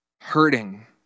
hurting